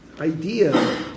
idea